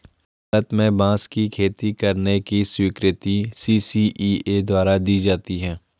भारत में बांस की खेती करने की स्वीकृति सी.सी.इ.ए द्वारा दी जाती है